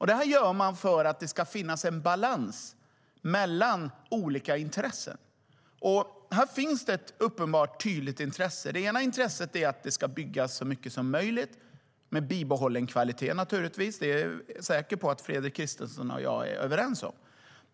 Det här gör man för att det ska finnas en balans mellan olika intressen, och här finns det uppenbara och tydliga intressen. Det ena intresset är att det ska byggas så mycket som möjligt - med bibehållen kvalitet, naturligtvis; det är jag säker på att Fredrik Christensson och jag är överens om.